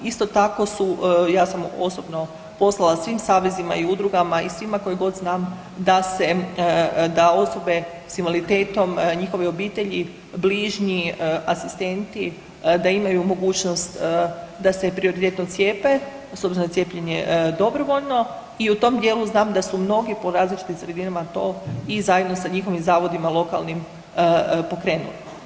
Isto tako su, ja sam osobno poslala svim savezima i udrugama i svima koje god znam da osobe s invaliditetom, njihove obitelji, bližnji asistenti da imaju mogućnost da se prioritetno cijepe s obzirom da je cijepljenje dobrovoljno i u tom dijelu znam da su mnogi po različitim sredinama i zajedno sa njihovim zavodima lokalnim pokrenuli.